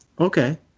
Okay